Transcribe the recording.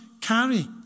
carry